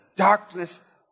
darkness